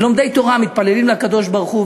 ולומדי תורה מתפללים לקדוש-ברוך-הוא,